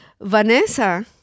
Vanessa